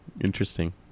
Interesting